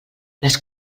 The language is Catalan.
les